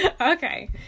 okay